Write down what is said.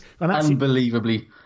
unbelievably